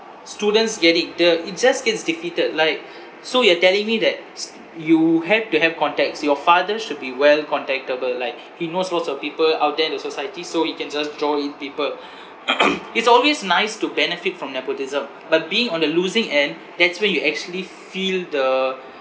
students getting the it just gets defeated like so you are telling me that s~ you have to have contacts your father should be well contactable like he knows lots of people out there in the society so he can just draw in people it's always nice to benefit from nepotism but being on the losing end that's where you actually feel the